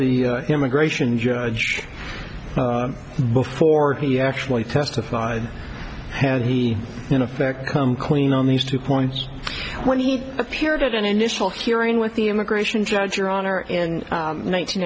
the immigration judge before he actually testified had he in effect come clean on these two points when he appeared at an initial hearing with the immigration judge your honor in